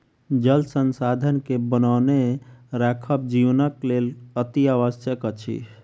जल संसाधन के बनौने राखब जीवनक लेल अतिआवश्यक अछि